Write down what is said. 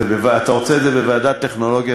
לא, באיזו ועדה.